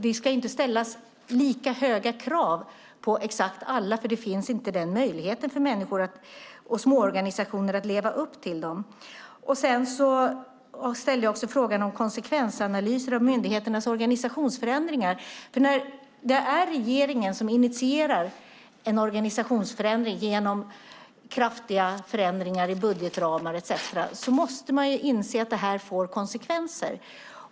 Det ska inte ställas lika höga krav på exakt alla, för det finns inte möjlighet för människor och småorganisationer att leva upp till dem. Sedan ställde jag också frågan om konsekvensanalyser när det gäller myndigheternas organisationsförändringar. När det är regeringen som initierar en organisationsförändring genom kraftiga förändringar i budgetramar etcetera måste man ju inse att det får konsekvenser.